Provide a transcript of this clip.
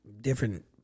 different